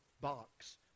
box